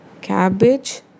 cabbage